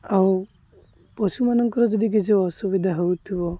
ଆଉ ପଶୁମାନଙ୍କର ଯଦି କିଛି ଅସୁବିଧା ହେଉଥିବ